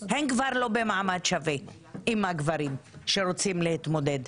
הן כבר לא במעמד שווה עם הגברים שרוצים להתמודד.